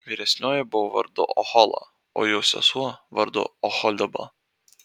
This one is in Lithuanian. vyresnioji buvo vardu ohola o jos sesuo vardu oholiba